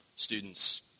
Students